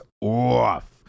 OFF